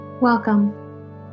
Welcome